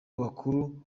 bakuru